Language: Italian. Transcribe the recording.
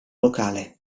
locale